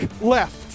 left